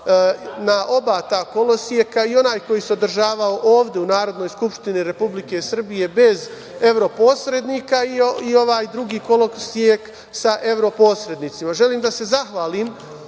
na oba ta koloseka, i onaj koji se održavao ovde u Narodnoj skupštini Republike Srbije bez evroposrednika i ovaj drugi kolosek sa evroposrednicima. Želim da se zahvalim